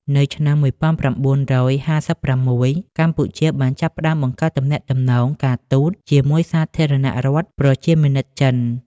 នៅឆ្នាំ ១៩៥៦ កម្ពុជាបានចាប់ផ្តើមបង្កើតទំនាក់ទំនងការទូតជាមួយសាធារណរដ្ឋប្រជាមានិតចិន។